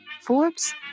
Forbes